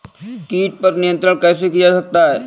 कीट पर नियंत्रण कैसे किया जा सकता है?